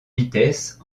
vitesse